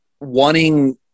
wanting